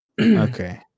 Okay